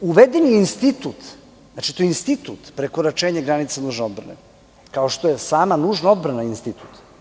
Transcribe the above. Uveden je institut, znači, to je institut prekoračenja granice nužne odbrane, kao što je sama nužna odbrana institut.